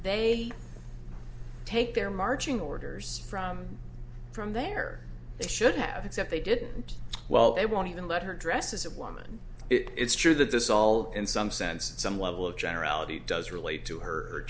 they take their marching orders from from there they should have except they didn't well they want to let her dress as a woman it's true that this all in some sense some level of generality does relate to her